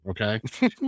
Okay